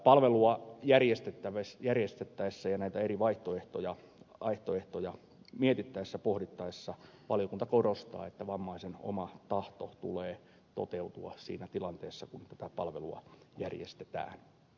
palvelua järjestettäessä ja näitä eri vaihtoehtoja mietittäessä pohdittaessa valiokunta korostaa että vammaisen oman tahdon tulee toteutua siinä tilanteessa kun tätä palvelua järjestetään